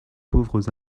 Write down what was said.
pauvres